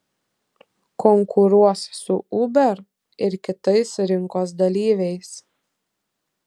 konkuruos su uber ir kitais rinkos dalyviais